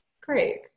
Great